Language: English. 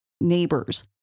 neighbors